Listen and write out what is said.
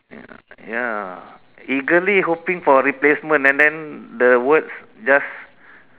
ya eagerly hoping for a replacement and then the words just